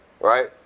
right